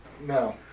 No